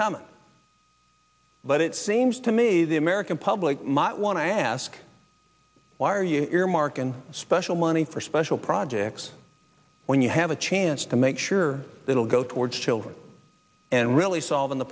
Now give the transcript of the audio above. common but it seems to me the american public might want to ask why are you earmark and special money for special projects when you have a chance to make sure it will go towards children and really